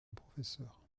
professeur